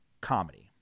comedy